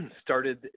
started